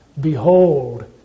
Behold